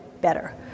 better